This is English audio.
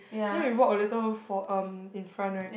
then we walk a little for um in front right